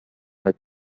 مزاحم